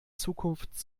zukunft